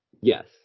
yes